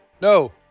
no